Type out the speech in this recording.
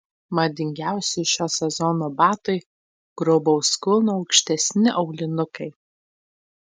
madingiausi šio sezono batai grubaus kulno aukštesni aulinukai